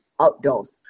outdoors